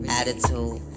attitude